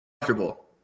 comfortable